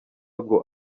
ngo